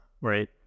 Right